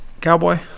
Cowboy